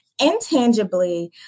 Intangibly